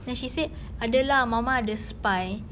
then she said ada lah mama ada spy